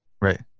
Right